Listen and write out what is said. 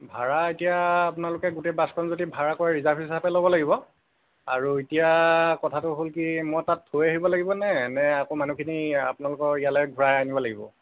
ভাড়া এতিয়া আপোনালোকে গোটেই বাছখন যদি ভাড়া কৰে ৰিজাৰ্ভ হিচাপে ল'ব লাগিব আৰু এতিয়া কথাটো হ'ল কি মই তাত থৈ আহিব লাগিব নে নে আকৌ মানুহখিনি আপোনালোকক ইয়ালে ঘূৰাই আনিব লাগিব